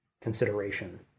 consideration